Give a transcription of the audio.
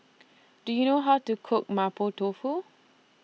Do YOU know How to Cook Mapo Tofu